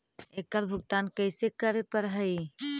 एकड़ भुगतान कैसे करे पड़हई?